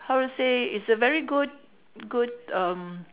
how to say it's a very good good um